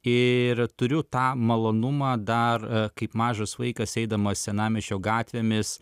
ir turiu tą malonumą dar kaip mažas vaikas eidamas senamiesčio gatvėmis